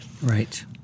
Right